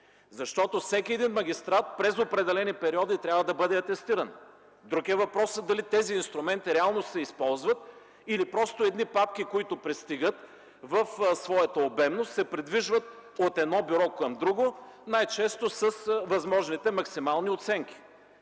Защото всеки магистрат през определени периоди трябва да бъде атестиран. Друг е въпросът дали тези инструменти реално се използват или просто едни папки, които пристигат, в своята обемност се придвижват от едно бюро към друго, най-често с възможните максимални оценки.